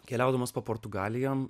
keliaudamas po portugaliją